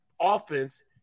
offense